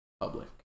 public